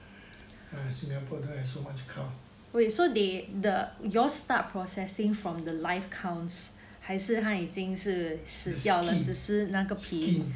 as singapore don't have so much cow the skin skin